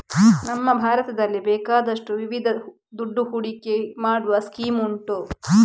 ನಮ್ಮ ಭಾರತದಲ್ಲಿ ಬೇಕಾದಷ್ಟು ವಿಧದ ದುಡ್ಡು ಹೂಡಿಕೆ ಮಾಡುವ ಸ್ಕೀಮ್ ಉಂಟು